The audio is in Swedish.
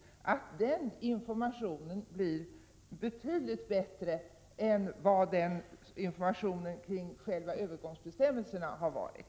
Jag hoppas att den informationen blir betydligt bättre än vad informationen kring själva övergångsbestämmelserna har varit.